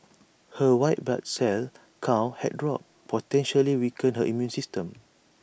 her white blood cell count had dropped potentially weakening her immune system